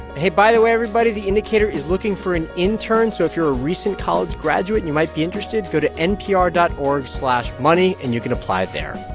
hey, by the way, everybody the indicator is looking for an intern. so if you're a recent college graduate and you might be interested, go to npr dot org slash money, and you can apply there